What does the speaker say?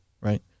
right